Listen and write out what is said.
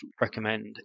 recommend